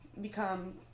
become